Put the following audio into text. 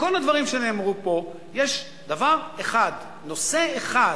מכל הדברים שנאמרו פה יש דבר אחד, נושא אחד,